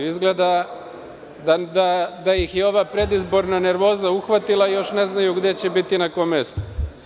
Izgleda da ih je ova predizborna nervoza uhvatila, a još ne znaju gde će biti na kom mestu.